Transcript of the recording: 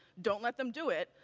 don't let them do it.